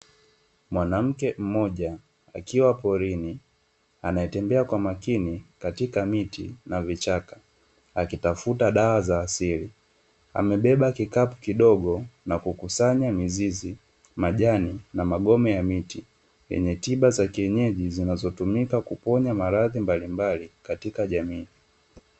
Mwanamke mmoja akiwa porini anaetembea kwa makini katika miti na vichaka, akitafuta dawa za asili. Amebea kikapu kidogo, akikusanya mizizi, majani na magome ya miti, yenye tiba za kienyeji, zinazotumika kuponya maradhi mbalimbali katika jamii.